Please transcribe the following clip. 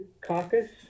caucus